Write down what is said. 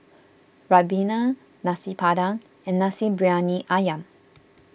Ribena Nasi Padang and Nasi Briyani Ayam